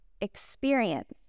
experience